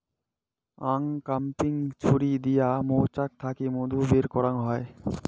uncapping ছুরি দিয়া মৌচাক থাকি মধু বের করাঙ হই